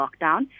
lockdown